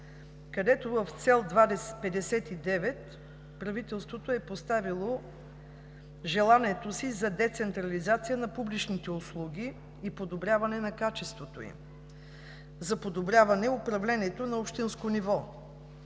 където в Цел 59 правителството е поставило желанието си за децентрализация на публичните услуги и подобряване на качеството им за подобряване управлението на общинско ниво